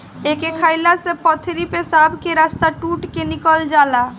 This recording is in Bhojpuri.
एके खाएला से पथरी पेशाब के रस्ता टूट के निकल जाला